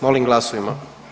Molim glasujmo.